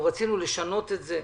רצינו לשנות את זה,